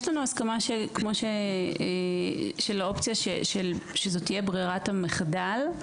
יש לנו הסכמה של האופציה שזאת תהיה ברירת המחדל.